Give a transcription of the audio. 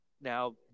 Now